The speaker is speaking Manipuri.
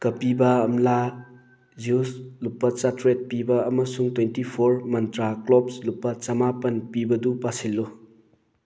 ꯀꯄꯤꯕꯥ ꯑꯝꯂꯥ ꯖꯨꯁ ꯂꯨꯄꯥ ꯆꯥꯇ꯭ꯔꯦꯠ ꯄꯤꯕ ꯑꯃꯁꯨꯡ ꯇ꯭ꯋꯦꯟꯇꯤ ꯐꯣꯔ ꯃꯟꯇ꯭ꯔꯥ ꯀ꯭ꯂꯣꯕꯁ ꯂꯨꯄꯥ ꯆꯥꯃꯄꯟ ꯄꯤꯕꯗꯨ ꯄꯥꯁꯤꯜꯂꯨ